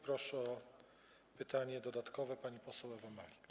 Proszę o pytanie dodatkowe panią poseł Ewę Malik.